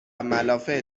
ملافه